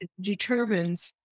determines